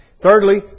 Thirdly